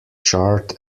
chart